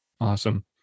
awesome